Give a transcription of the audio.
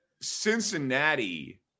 Cincinnati